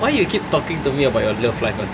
why you keep talking to me about your love life akid